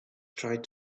tried